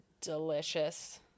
delicious